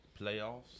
playoffs